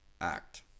act